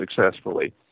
successfully